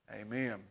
Amen